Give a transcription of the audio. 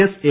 S A